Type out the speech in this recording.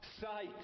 sight